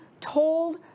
told